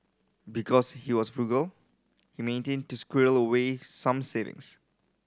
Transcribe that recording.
because he was frugal he to squirrel away some savings